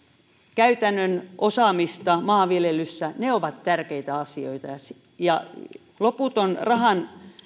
käytännön osaamista maanviljelyssä ne ovat tärkeitä asioita loputon rahan